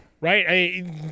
Right